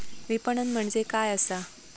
विपणन म्हणजे काय असा?